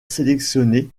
sélectionné